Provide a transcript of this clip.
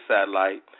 Satellite